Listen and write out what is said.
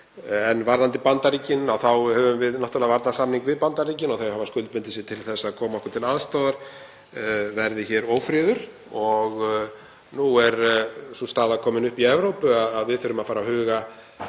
En varðandi Bandaríkin þá höfum við náttúrlega varnarsamning við Bandaríkin og þau hafa skuldbundið sig til að koma okkur til aðstoðar verði hér ófriður. Nú er sú staða komin upp í Evrópu að við þurfum að fara að huga